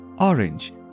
orange